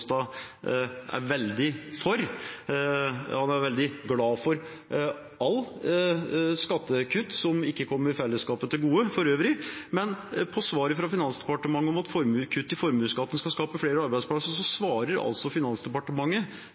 er veldig for. Han er veldig glad for alle skattekutt som ikke kommer fellesskapet til gode for øvrig. Men i svaret fra Finansdepartementet om at kutt i formuesskatten skal skape flere arbeidsplasser,